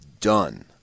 done